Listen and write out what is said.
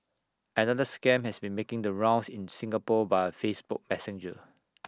another scam has been making the rounds in Singapore via Facebook Messenger